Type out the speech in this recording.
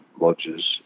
lodges